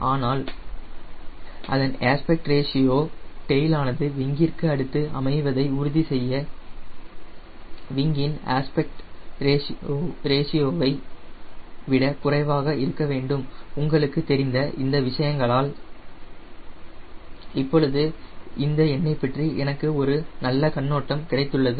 ஆனால் அதன் aspect ratio டெயிலானது விங்கிற்கு அடுத்து அமைவதை உறுதிசெய்ய விங்கின் அஸ்பெக்ட் ரேஷியோவை விட குறைவாக இருக்க வேண்டும் உங்களுக்குத் தெரிந்த இந்த விஷயங்கால் இப்பொழுது இந்த எண்ணைப் பற்றி எனக்கு ஒரு நல்ல கண்ணோட்டம் கிடைத்துள்ளது